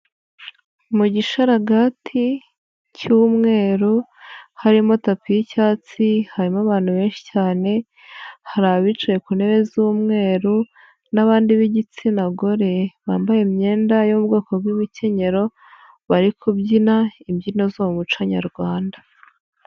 Mu gisharagati cy'umweru, harimo tapi y'icyatsi, harimo abantu benshi cyane, hari abicaye ku ntebe z'umweru n'abandi b'igitsina gore, bambaye imyenda yo mu bwoko bw'imikenyero, bari kubyina, imbyino zo mu muco nyarwanda.